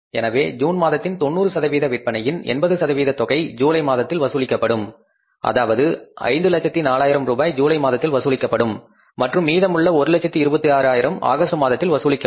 எனவே ஜூன் மாதத்தின் 90 சதவீத விற்பனையின் 80 சதவீத தொகை ஜூலை மாதத்தில் வசூலிக்கப்படும் அதாவது 504000 ரூபாய் ஜூலை மாதத்தில் வசூலிக்கப்படும் மற்றும் மீதமுள்ள 126000 ஆகஸ்ட் மாதத்தில் வசூலிக்கப்படும்